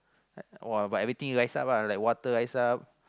uh but everything rise up lah like water rise up